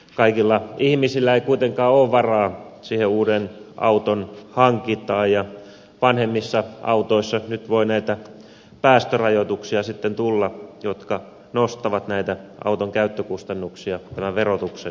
kaikilla ihmisillä ei kuitenkaan ole varaa siihen uuden auton hankintaan ja vanhemmissa autoissa nyt voi näitä päästörajoituksia sitten tulla jotka nostavat näitä auton käyttökustannuksia tämän verotuksen myötä